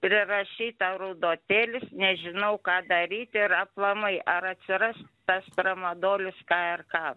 prirašyta rudotėlis nežinau ką daryt ir aplamai ar atsiras tas tramadolis k r k